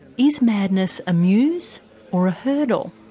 is madness a muse or a hurdle?